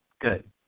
Good